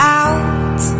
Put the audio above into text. out